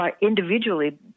individually